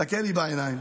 תסתכל לי בעיניים,